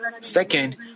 Second